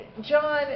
John